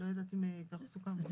ככה סוכם?